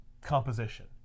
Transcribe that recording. composition